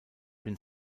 been